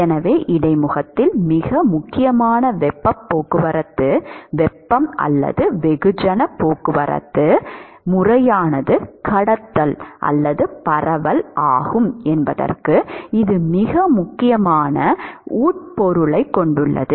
எனவே இடைமுகத்தில் மிக முக்கியமான வெப்பப் போக்குவரத்து வெப்பம் அல்லது வெகுஜனப் போக்குவரத்து முறையானது கடத்தல் அல்லது பரவல் ஆகும் என்பதற்கு இது மிக முக்கியமான உட்பொருளைக் கொண்டுள்ளது